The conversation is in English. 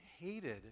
hated